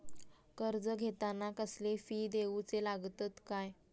कर्ज घेताना कसले फी दिऊचे लागतत काय?